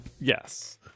yes